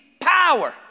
power